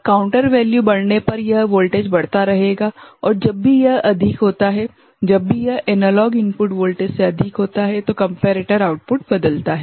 counter value बढ़ने पर यह वोल्टेज बढ़ता रहेगा और जब भी यह अधिक होगा जब भी यह एनालॉग इनपुट वोल्टेज से अधिक होता है तो कम्पेरेटर आउटपुट बदलता है